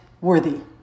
worthy